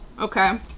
Okay